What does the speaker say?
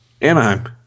Anaheim